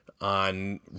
on